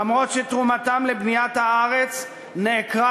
אף שתרומתם לבניית הארץ נעקרה,